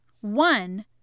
One